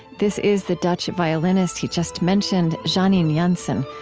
this is the dutch violinist he just mentioned, janine jansen,